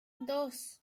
dos